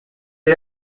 est